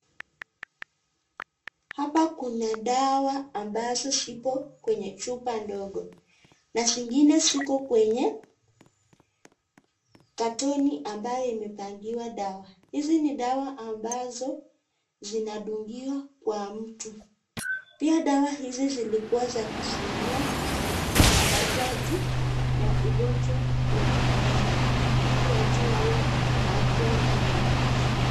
Hapa kuna dawa ambazo zipo kwenye chupa ndogo na zingine ziko kwenye katoni ambayo imepangiwa dawa ,hizi ni dawa ambazo zinadungiwa kwa mtu, pia dawa hizi zilikuwa za kuzuia usambazaji wa ugonjwa wa corona ili watu wawe na afya nzuri.